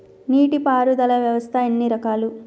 నీటి పారుదల వ్యవస్థ ఎన్ని రకాలు?